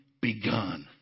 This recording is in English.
begun